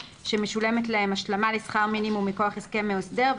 שמשולמת להם השלמה לשכר מינימום מכוח הסכם או הסדר,